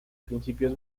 principios